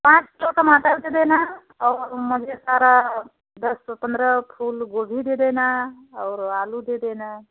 पाँच किलो टमाटर दे देना और सारा दस पंद्रह फूल गोभी दे देना और आलू दे देना